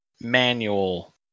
manual